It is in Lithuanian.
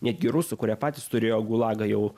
netgi rusų kurie patys turėjo gulagą jau